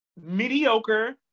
mediocre